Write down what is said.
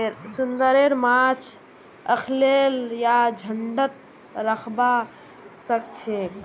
समुंदरेर माछ अखल्लै या झुंडत रहबा सखछेक